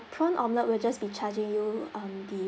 prawn omelette we'll just be charging you um the